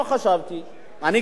אני גם לא אומר היום,